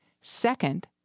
Second